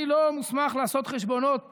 אני לא מוסמך לעשות חשבונות שמיים,